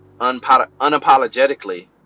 unapologetically